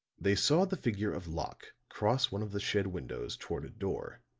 they saw the figure of locke cross one of the shed windows toward a door.